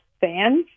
fans